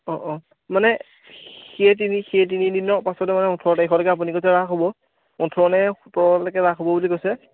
অঁ অঁ মানে সেই তিনি সেই তিনি দিনৰ পাছত মানে ওঠৰ তাৰিখলৈকে আপুনি কৈছে ৰাস হ'ব ওঠৰ নে সোতৰলৈকে ৰাস হ'ব বুলি কৈছে